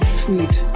sweet